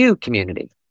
community